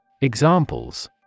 Examples